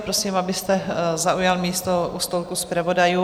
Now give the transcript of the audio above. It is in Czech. Prosím, abyste zaujal místo u stolku zpravodajů.